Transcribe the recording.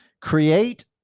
Create